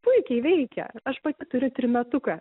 puikiai veikia aš pati turiu trimetuką